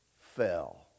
fell